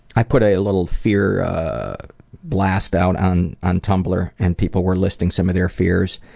i put a little fear blast out on on tumblr and people were listing some of their fears,